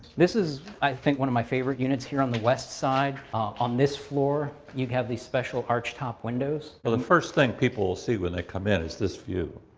this is, i think one my favorite units here on the westside. ah on this floor, you have these special arch-top windows. well, the first thing people will see when they come in is this view,